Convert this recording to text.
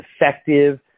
effective